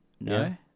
No